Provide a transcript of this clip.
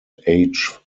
age